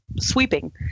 sweeping